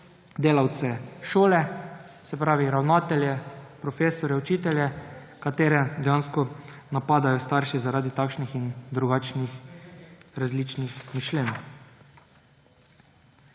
delavce šole, se pravi ravnatelje, profesorje, učitelje, ki jih dejansko napadajo starši zaradi takšnih in drugačnih različnih mišljenj.